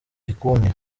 gikundi